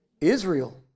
Israel